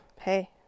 Hey